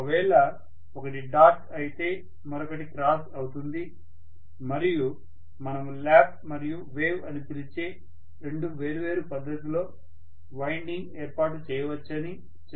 ఒకవేళ ఒకటి డాట్ అయితే మరొకటి క్రాస్ అవుతుంది మరియు మనము ల్యాప్ మరియు వేవ్ అని పిలిచే రెండు వేర్వేరు పద్ధతిలో వైండింగ్ ఏర్పాటు చేయవచ్చని చెప్పాము